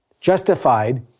justified